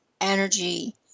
energy